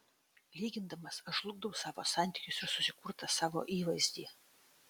lygindamas aš žlugdau savo santykius ir susikurtą savo įvaizdį